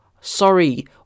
Sorry